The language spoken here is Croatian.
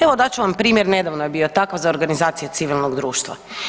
Evo dat ću vam primjer, nedavno je bio takav za organizacije civilnog društva.